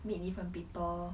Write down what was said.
meet different people